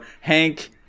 Hank